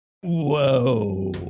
Whoa